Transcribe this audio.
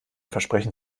versprechen